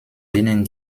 denen